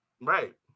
right